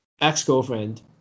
ex-girlfriend